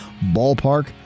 Ballpark